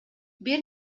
бир